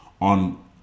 on